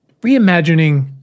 Reimagining